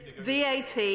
VAT